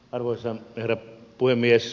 arvoisa herra puhemies